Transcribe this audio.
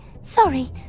Sorry